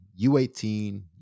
U18